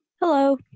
Hello